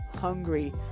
hungry